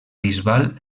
bisbal